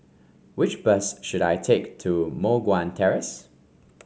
which bus should I take to Moh Guan Terrace